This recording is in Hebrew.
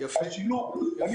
הסיבה